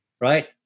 right